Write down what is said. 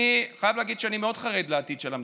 אני חייב להגיד שאני מאוד חרד לעתיד של המדינה.